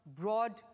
broad